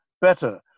better